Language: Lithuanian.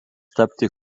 tapti